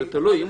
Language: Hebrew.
תלוי.